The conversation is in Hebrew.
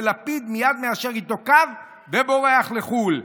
ולפיד מייד מיישר איתו קו ובורח לחו"ל,